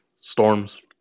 storms